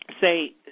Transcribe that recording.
say